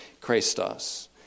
Christos